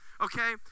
okay